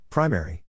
Primary